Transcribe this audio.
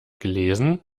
gelesen